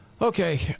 Okay